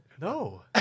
No